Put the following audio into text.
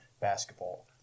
basketball